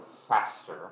faster